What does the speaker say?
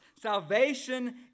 Salvation